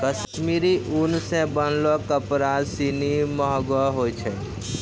कश्मीरी उन सें बनलो कपड़ा सिनी महंगो होय छै